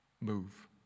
move